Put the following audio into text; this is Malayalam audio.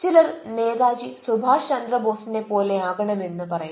ചിലർ നേതാജി സുഭാഷ് ചന്ദ്രബോസിനെ പോലെ ആകണം എന്ന് പറയും